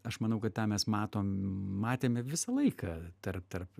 aš manau kad tą mes matom matėm visą laiką tarp tarp